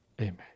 amen